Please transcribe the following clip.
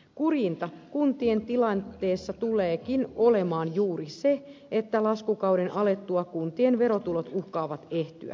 kurjinta kuntien tilanteessa tuleekin olemaan juuri se että laskukauden alettua kuntien verotulot uhkaavat ehtyä